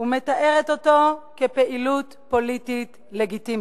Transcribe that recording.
ומתארת אותו כפעילות פוליטית לגיטימית.